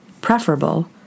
preferable